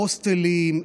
הוסטלים,